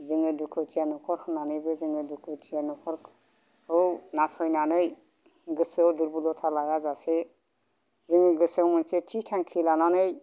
दुखुथिया नखर होननानैबो जोङो दुखुथिया नखरखौ नासयनानै गोसोआव दुर्बलता लायाजासे जों गोसोआव मोनसे थि थांखि लानानै